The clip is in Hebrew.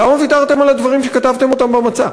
למה ויתרתם על הדברים שכתבתם במצע?